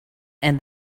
and